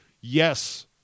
Yes